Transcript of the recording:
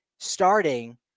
Starting